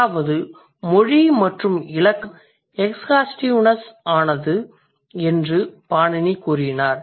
அதாவது மொழி மற்றும் இலக்கணம் எக்ஸ்ஹாஸ்டிவ்ஆனது என்று பாணினி கூறினார்